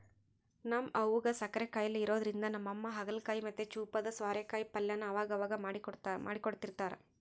ನಮ್ ಅವ್ವುಗ್ ಸಕ್ಕರೆ ಖಾಯಿಲೆ ಇರೋದ್ರಿಂದ ನಮ್ಮಮ್ಮ ಹಾಗಲಕಾಯಿ ಮತ್ತೆ ಚೂಪಾದ ಸ್ವಾರೆಕಾಯಿ ಪಲ್ಯನ ಅವಗವಾಗ ಮಾಡ್ಕೊಡ್ತಿರ್ತಾರ